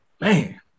Man